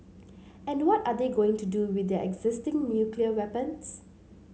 and what are they going to do with their existing nuclear weapons